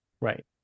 right